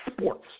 sports